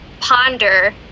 ponder